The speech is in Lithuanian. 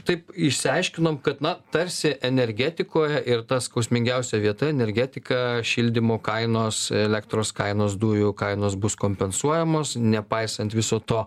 taip išsiaiškinom kad na tarsi energetikoje ir ta skausmingiausia vieta energetika šildymų kainos elektros kainos dujų kainos bus kompensuojamos nepaisant viso to